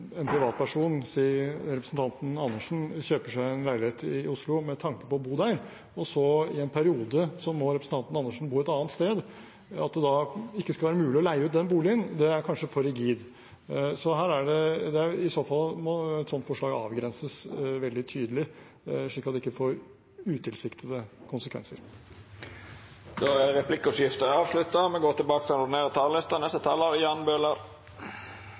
en privatperson, f.eks. representanten Andersen, kjøper seg en leilighet i Oslo med tanke på å bo der, og så må representanten Andersen i en periode bo et annet sted, er det kanskje for rigid at det da ikke skal være mulig å leie ut den boligen. I så fall må et slikt forslag avgrenses veldig tydelig, slik at det ikke får utilsiktede konsekvenser. Replikkordskiftet er avslutta. Dei talarane som heretter får ordet, har òg ei taletid på inntil 3 minutt. Denne saken henger sammen med den